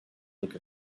look